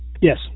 Yes